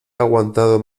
aguantado